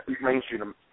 mainstream